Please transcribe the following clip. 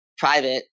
private